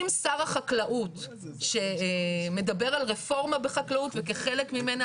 עם שר החקלאות שמדבר על רפורמה בחקלאות וכחלק ממנה